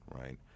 right